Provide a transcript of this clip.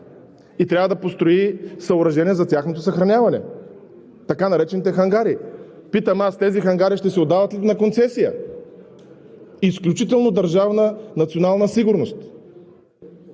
и трябва да построи съоръжения за тяхното съхраняване, така наречените хангари, питам аз: тези хангари ще се отдават ли на концесия, изключителна държавна национална сигурност?